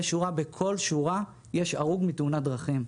שורה בכל שורה יש הרוג בתאונת דרכים.